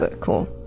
cool